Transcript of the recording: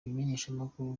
ibimenyeshamakuru